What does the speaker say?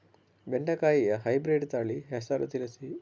ಬೆಂಡೆಕಾಯಿಯ ಹೈಬ್ರಿಡ್ ತಳಿ ಹೆಸರು ತಿಳಿಸಿ?